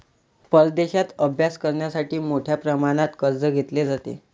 परदेशात अभ्यास करण्यासाठी मोठ्या प्रमाणात कर्ज घेतले जाते